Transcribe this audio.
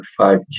5G